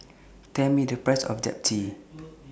Tell Me The Price of Japchae